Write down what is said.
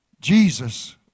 Jesus